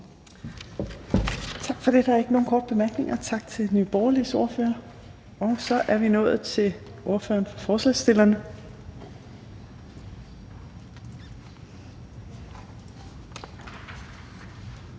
Torp): Der er ikke nogen korte bemærkninger, så tak til Nye Borgerliges ordfører. Så er vi nået til ordføreren for forslagsstillerne,